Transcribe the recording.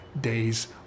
days